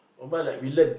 umrah like we learn